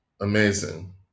amazing